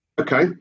Okay